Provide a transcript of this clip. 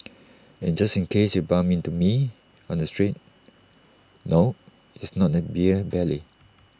in just case you bump into me on the streets no it's not A beer belly